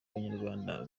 abanyarwanda